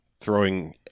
throwing